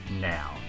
now